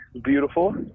beautiful